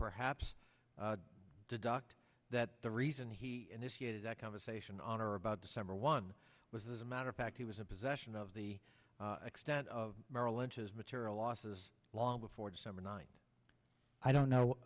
perhaps deduct that the reason he initiated that conversation on or about december one was as a matter of fact he was a possession of the extent of merrill lynch's material losses long before december ninth i don't know